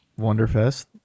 Wonderfest